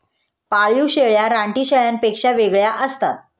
पाळीव शेळ्या रानटी शेळ्यांपेक्षा वेगळ्या असतात